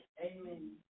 Amen